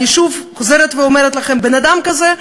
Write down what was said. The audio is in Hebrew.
אני שוב חוזרת ואומרת לכם: בן-אדם כזה,